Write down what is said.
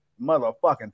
motherfucking